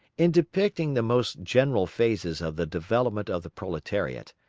in depicting the most general phases of the development of the proletariat,